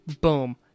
Boom